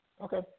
Okay